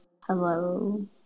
hello